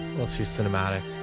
let's do cinematic.